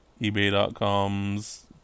eBay.com's